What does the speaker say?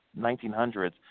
1900s